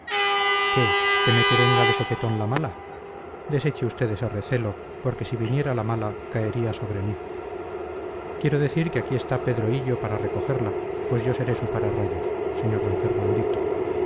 qué teme que venga de sopetón la mala deseche usted ese recelo porque si viniera la mala caería sobre mí quiero decir que aquí está pedro hillo para recogerla pues yo seré su pararrayos sr d fernandito